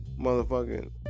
motherfucking